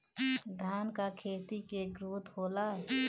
धान का खेती के ग्रोथ होला?